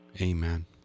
Amen